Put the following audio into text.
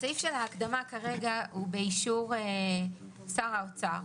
סעיף ההקדמה כרגע הוא באישור שר האוצר.